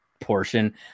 Portion